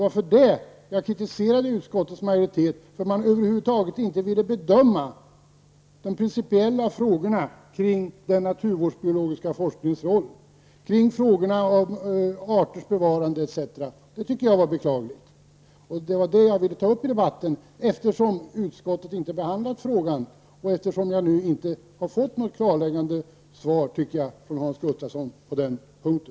Jag kritiserade utskottsmajoriteten, därför att man över huvud taget inte ville bedöma de principiella frågorna kring den naturvårdsbiologiska forskningens roll, frågan om arters bevarande etc. Det tycker jag var beklagligt. Jag ville ta upp detta i debatten, eftersom utskottet inte har behandlat frågan och eftersom jag tycker att jag inte har fått något klarläggande svar från Hans Gustafsson på den punkten.